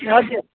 हजुर